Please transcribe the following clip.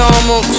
Normal